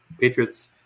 Patriots